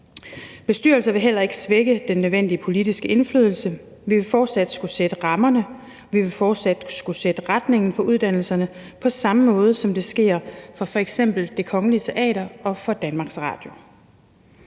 Bestyrelser vil heller ikke svække den nødvendige politiske indflydelse. Vi vil fortsat skulle sætte rammerne og vi vil fortsat skulle sætte retningen for uddannelserne på samme måde, som det sker for f.eks. Det Kongelige Teater og for Danmarks Radio.